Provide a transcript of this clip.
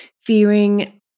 fearing